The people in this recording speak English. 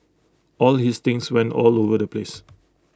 all his things went all over the place